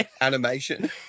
animation